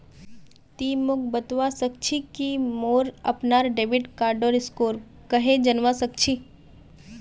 ति मोक बतवा सक छी कि मोर अपनार डेबिट कार्डेर स्कोर कँहे जनवा सक छी